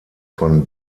von